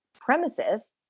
premises